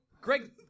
Greg